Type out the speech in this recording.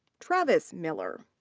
travis miller.